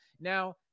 Now